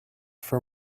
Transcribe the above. for